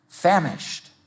famished